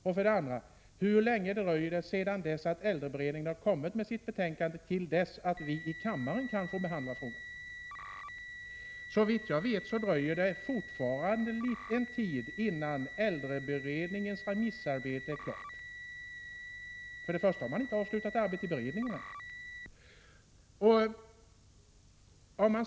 Och hur länge dröjer det därefter till dess att vi i kammaren kan få behandla frågan? Såvitt jag vet dröjer det fortfarande en tid innan remissarbetet när det gäller äldreberedningen är klart — arbetet i beredningen är ännu inte avslutat.